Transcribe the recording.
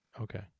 Okay